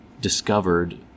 discovered